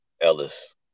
Ellis